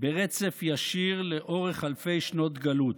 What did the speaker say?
ברצף ישיר לאורך אלפי שנות גלות.